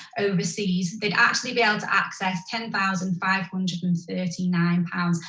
over seas, they actually be able to access ten thousand five hundred and thirty nine pounds.